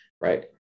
Right